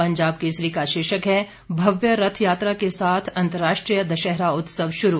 पंजाब केसरी का शीर्षक है भव्य रथ यात्रा के साथ अंतर्राष्ट्रीय दशहरा उत्सव शुरू